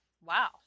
wow